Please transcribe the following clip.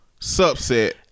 subset